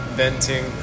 venting